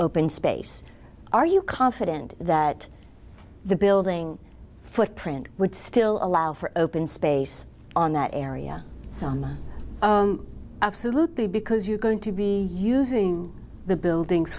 open space are you confident that the building footprint would still allow for open space on that area so absolutely because you're going to be using the buildings